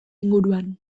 inguruan